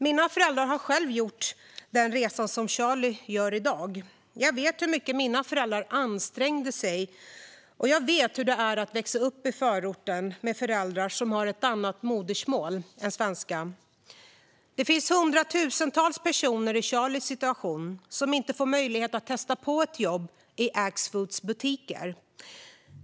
Mina föräldrar har själva gjort den resa som Charlie gör i dag. Jag vet hur mycket mina föräldrar ansträngde sig, och jag vet hur det är att växa upp i en förort med föräldrar som har ett annat modersmål än svenska. Det finns hundratusentals personer i Charlies situation som inte får möjlighet att testa ett jobb i Axfoods butiker.